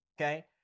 Okay